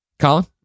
Colin